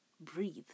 breathe